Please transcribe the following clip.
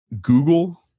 Google